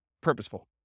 purposeful